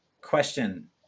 Question